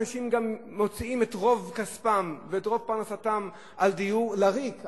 אנשים גם מוציאים את רוב כספם ואת רוב פרנסתם על דיור לריק,